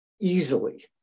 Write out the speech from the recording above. easily